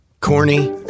corny